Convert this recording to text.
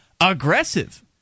aggressive